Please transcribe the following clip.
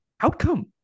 outcome